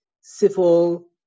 civil